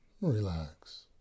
relax